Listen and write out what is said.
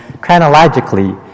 chronologically